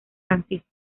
francisco